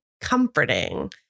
comforting